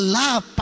love